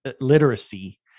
literacy